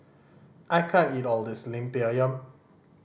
I can't eat all of this Lemper Ayam